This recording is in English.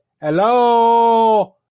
Hello